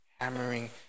hammering